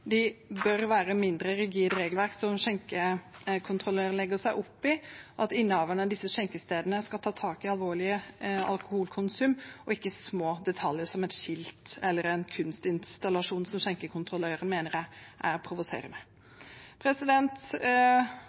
seg opp i, bør være mindre rigid, slik at innehaverne av disse skjenkestedene skal ta tak i alvorlig alkoholkonsum og ikke små detaljer som et skilt eller en kunstinstallasjon som skjenkekontrollørene mener er provoserende. Jeg er